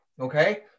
Okay